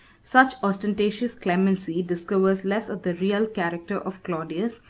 such ostentatious clemency discovers less of the real character of claudius,